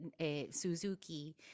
Suzuki